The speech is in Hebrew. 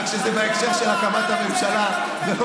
רק שזה בהקשר של הקמת הממשלה ולא